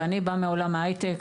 ואני באה מעולם ההייטק,